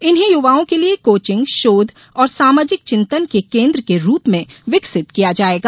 इन्हें युवाओं के लिए कोचिग शोध और सामाजिक चिंतन के केन्द्र के रूप में विकसित किया जाएगा